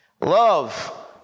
Love